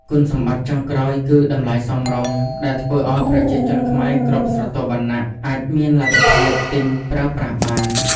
គុណសម្បត្តិចុងក្រោយគឺ តម្លៃសមរម្យ ដែលធ្វើឱ្យប្រជាជនខ្មែរគ្រប់ស្រទាប់វណ្ណៈអាចមានលទ្ធភាពទិញប្រើប្រាស់បាន។